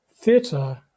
theatre